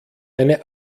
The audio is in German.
eine